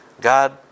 God